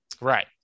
Right